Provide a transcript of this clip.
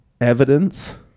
evidence